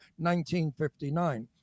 1959